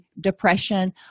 depression